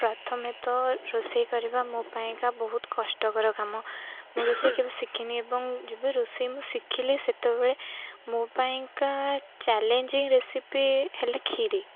ପ୍ରଥମେ ତ ରୋଷେଇ କରିବା ମୋ ପାଇଁକା ବହୁତ କଷ୍ଟକର କାମ ମୁଁ ରୋଷେଇ କେବେ ଶିଖିନି ଏବଂ ଯେବେ ରୋଷେଇ ମୁଁ ଶିଖିଲି ସେତେବେଳେ ମୋ ପାଇଁକା ଚ୍ୟାଲେଞ୍ଜିଂ ରେସିପି ହେଲେ କ୍ଷୀରି